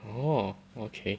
oh okay